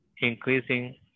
increasing